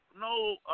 No